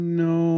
no